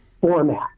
format